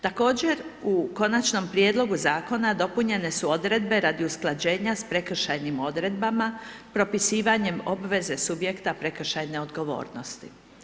Također, u Konačnom prijedlogu Zakona, dopunjene su odredbe radi usklađenja s prekršajnim odredbama, propisivanjem obveze subjekta prekršajne odgovornosti.